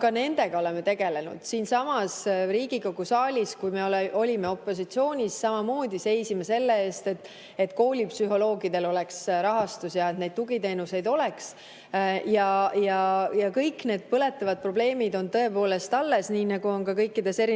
ka nendega oleme tegelenud. Siinsamas Riigikogu saalis, kui me olime opositsioonis, samamoodi seisime selle eest, et koolipsühholoogidel oleks rahastus ja et neid tugiteenuseid oleks. Kõik need põletavad probleemid on tõepoolest alles, nii nagu nad on alles ka kõikides erinevates